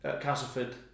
Castleford